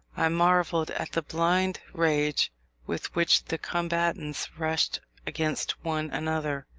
i marvelled at the blind rage with which the combatants rushed against one another.